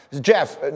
Jeff